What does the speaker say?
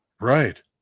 Right